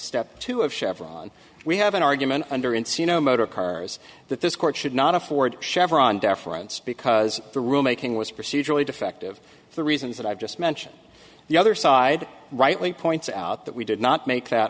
step two of chevron we have an argument under ensue no motorcars that this court should not afford chevron deference because the rule making was procedurally defective the reasons that i've just mentioned the other side rightly points out that we did not make that